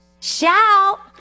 shout